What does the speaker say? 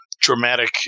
dramatic